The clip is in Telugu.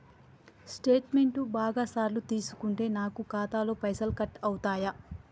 స్టేట్మెంటు బాగా సార్లు తీసుకుంటే నాకు ఖాతాలో పైసలు కట్ అవుతయా?